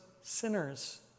sinners